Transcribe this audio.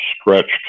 stretched